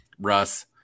Russ